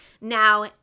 Now